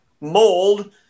mold